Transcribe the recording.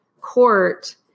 court